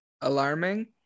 alarming